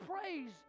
praise